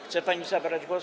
Chce pani zabrać głos?